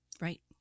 Right